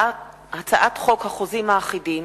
הצעת חוק החוזים האחידים